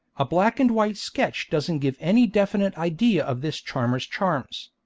a black-and-white sketch doesn't give any definite idea of this charmer's charms,